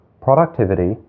productivity